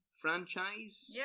franchise